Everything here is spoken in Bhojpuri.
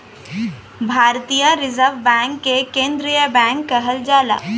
भारतीय रिजर्व बैंक के केन्द्रीय बैंक कहल जाला